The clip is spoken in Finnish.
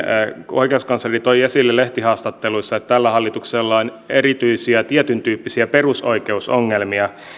oikeuskansleri toi esille lehtihaastatteluissa että tällä hallituksella on erityisiä tietyn tyyppisiä perusoikeusongelmia